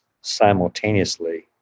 simultaneously